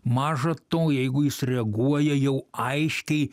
maža to jeigu jis reaguoja jau aiškiai